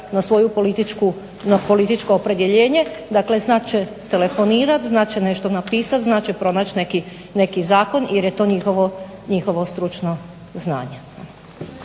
na svoje političko opredjeljenje, dakle znat će telefonirat, znat će nešto napisat, znat će pronaći neki zakon jer je to njihovo stručno znanje.